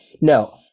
no